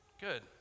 good